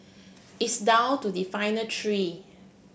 it's down to the final three